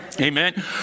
Amen